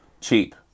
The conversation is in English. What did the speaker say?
Cheap